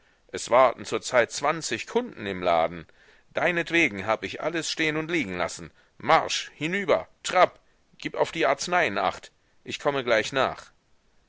es warten zurzeit zwanzig kunden im laden deinetwegen habe ich alles stehn und liegen lassen marsch hinüber trab gib auf die arzneien acht ich komme gleich nach